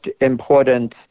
important